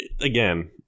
again